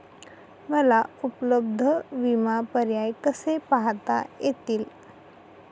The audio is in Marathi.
मला उपलब्ध विमा पर्याय कसे पाहता येतील?